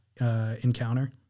encounter